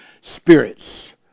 spirits